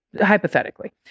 hypothetically